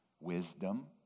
Wisdom